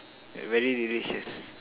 very delicious